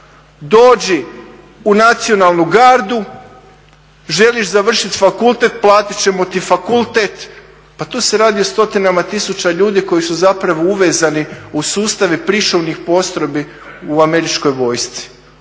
dođe u Nacionalnu gardu, želiš završiti fakultet platit ćemo ti fakultet. Pa tu se radi o stotinama tisuća ljudi koji su uvezani u sustav pričuvnih postrojbi u američkoj vojsci,